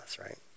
right